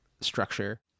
structure